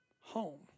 home